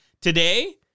Today